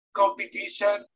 competition